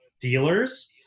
dealers